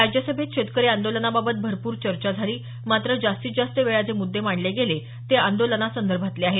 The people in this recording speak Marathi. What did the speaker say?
राज्यसभेत शेतकरी आंदोलनाबाबत भरपूर चर्चा झाली मात्र जास्तीत जास्त वेळा जे मुद्दे मांडले गेले ते आंदोलनासंदर्भातले आहेत